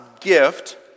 gift